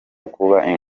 kuba